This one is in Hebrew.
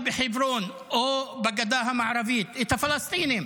בחברון או מהגדה המערבית את הפלסטינים,